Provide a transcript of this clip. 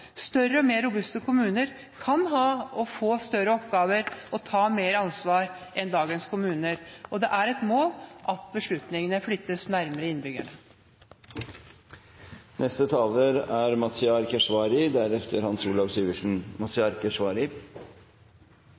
Større og mer robuste kommuner kan ha og få større oppgaver og ta mer ansvar enn dagens kommuner, og det er et mål at beslutningene flyttes nærmere innbyggerne. Fremskrittspartiet er